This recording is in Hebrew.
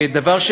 זה דבר ש,